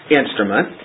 instrument